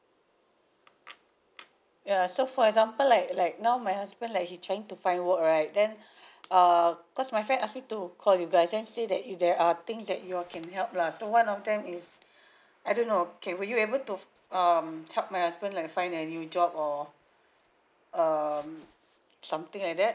ya so for example like like now my husband like he trying to find work right then err cause my friend ask me to call you guys and say that if there are things that you all can help lah so one of them is I don't know okay will you able to um help my husband like find a new job or um something like that